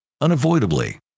unavoidably